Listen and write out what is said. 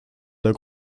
der